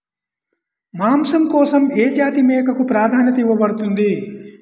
మాంసం కోసం ఏ జాతి మేకకు ప్రాధాన్యత ఇవ్వబడుతుంది?